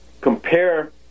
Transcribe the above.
compare